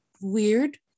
weird